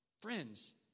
Friends